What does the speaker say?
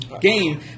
game